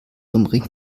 umringt